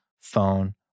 phone